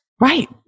Right